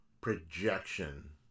projection